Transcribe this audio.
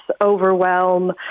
overwhelm